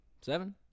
Seven